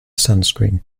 sunscreen